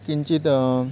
किञ्चिद्